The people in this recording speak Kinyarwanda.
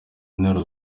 nteruro